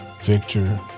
Victor